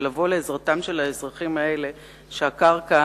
ולבוא לעזרתם של האזרחים האלה שהקרקע